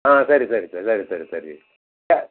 ಹಾಂ ಸರಿ ಸರಿ ಸರ್ ಸರಿ ಸರಿ ಸರಿ ಹಾ